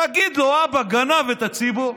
תגיד לו: אבא גנב את הציבור,